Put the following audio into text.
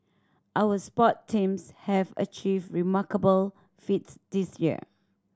our sport teams have achieved remarkable feats this year